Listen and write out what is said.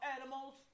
animals